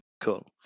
Cool